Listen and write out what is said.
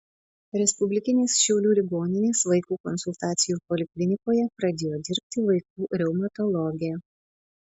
respublikinės šiaulių ligoninės vaikų konsultacijų poliklinikoje pradėjo dirbti vaikų reumatologė